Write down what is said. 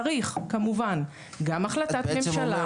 צריך כמובן גם החלטת ממשלה.